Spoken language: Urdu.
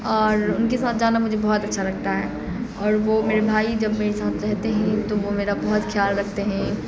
اور ان کے ساتھ جانا مجھے بہت اچھا لگتا ہے اور وہ میرے بھائی جب میرے ساتھ رہتے ہیں تو وہ میرا بہت خیال رکھتے ہیں